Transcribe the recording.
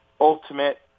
ultimate